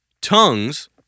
Tongues